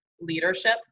leadership